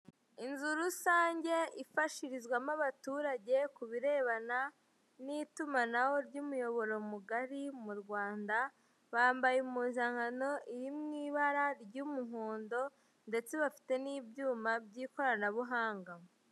Inzu rusange ifashirizwamo abaturage ku birebana n'itumakaho ry'umuyoboro mugari mu Rwanda, bambaye impuzankano iri mu ibara ry'umuhondo ndetse bafite n'ibyuma by'ikoranabuhanga.